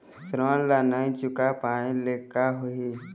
ऋण ला नई चुका पाय ले का होही?